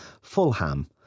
Fullham